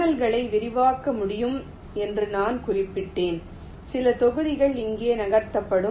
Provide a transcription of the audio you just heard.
சேனல்களை விரிவாக்க முடியும் என்று நான் குறிப்பிட்டேன் சில தொகுதிகள் இங்கே நகர்த்தப்படும்